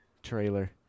trailer